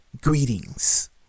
greetings